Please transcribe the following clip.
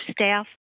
staff